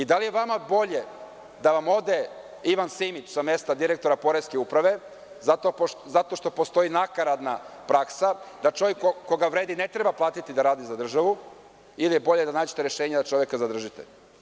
Da li je vama bolje da vam ode Ivan Simić sa mesta direktora Poreske uprave, zato što postoji nakaradna praksa da čoveka koji vredi ne treba platiti da radi za državu, ili je bolje da nađete rešenje da čoveka zadržite?